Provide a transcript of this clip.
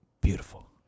Beautiful